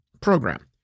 program